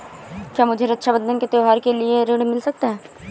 क्या मुझे रक्षाबंधन के त्योहार के लिए ऋण मिल सकता है?